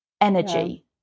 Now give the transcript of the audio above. energy